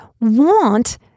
want